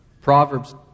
Proverbs